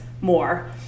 more